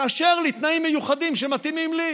תאשר לי תנאים מיוחדים שמתאימים לי?